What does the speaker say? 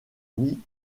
mis